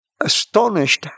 astonished